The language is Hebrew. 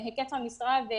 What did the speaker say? בהיקף המשרה.